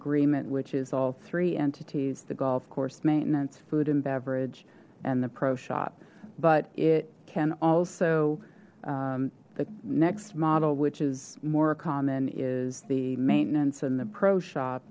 agreement which is all three entities the golf course maintenance food and beverage and the pro shop but it can also the next model which is more common is the maintenance and the pro shop